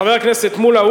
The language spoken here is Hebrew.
חבר הכנסת מולה,